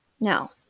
Now